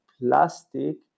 plastic